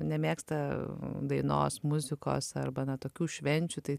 nemėgsta dainos muzikos arba na tokių švenčių tai